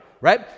right